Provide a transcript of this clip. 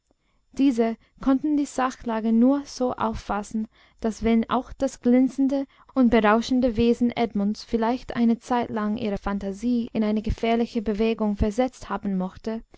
diese konnten die sachlage nur so auffassen daß wenn auch das glänzende und berauschende wesen edmunds vielleicht eine zeitlang ihre phantasie in eine gefährliche bewegung versetzt haben mochte